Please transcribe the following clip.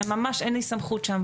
ממש אין לי סמכות שם,